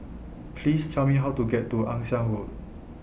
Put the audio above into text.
Please Tell Me How to get to Ann Siang Road